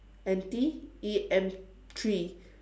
N_T E_M three